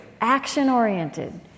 action-oriented